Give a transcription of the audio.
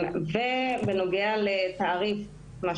בנוגע לתעריף של הניתוחים,